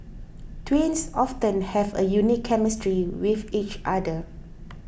twins often have a unique chemistry with each other